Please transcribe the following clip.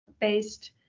based